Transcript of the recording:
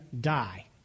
die